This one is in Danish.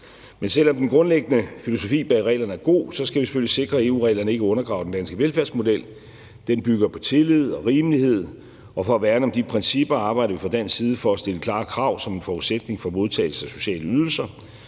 Men selv om den grundlæggende filosofi bag reglerne er god, skal vi selvfølgelig sikre, at EU-reglerne ikke undergraver den danske velfærdsmodel. Den bygger på tillid og rimelighed, og for at værne om de principper arbejder vi fra dansk side for at stille klare krav som en forudsætning for modtagelse af sociale ydelser.